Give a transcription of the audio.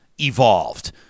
evolved